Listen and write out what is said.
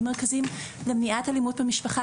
במרכזים למניעת אלימות במשפחה,